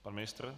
Pan ministr?